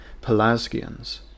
Pelasgians